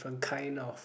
from kind of